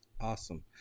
Awesome